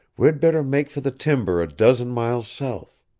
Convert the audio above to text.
we'd better make for the timber a dozen miles south.